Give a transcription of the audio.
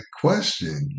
question